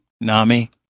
Nami